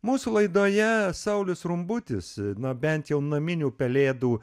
mūsų laidoje saulius rumbutis na bent jau naminių pelėdų